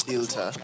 Delta